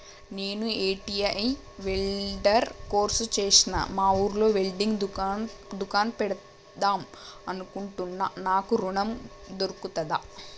నేను ITI welder course చేశ్న మా ఊర్లో వెల్డింగ్ దుకాన్ పెడదాం అనుకుంటున్నా నాకు ఋణం దొర్కుతదా?